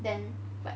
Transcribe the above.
then but